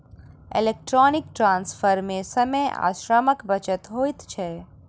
electronic transfer मे समय आ श्रमक बचत होइत छै